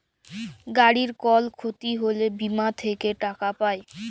গাড়ির কল ক্ষতি হ্যলে বীমা থেক্যে টাকা পায়